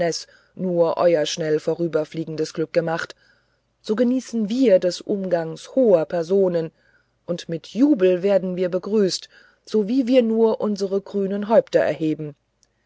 nur euer schnell vorüberfliehendes glück macht so genießen wir des umgangs hoher personen und mit jubel werden wir begrüßt sowie wir nur unsere grünen häupter erheben